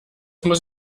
muss